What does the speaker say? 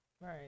right